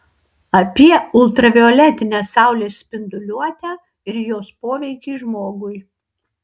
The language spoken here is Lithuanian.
apie ultravioletinę saulės spinduliuotę ir jos poveikį žmogui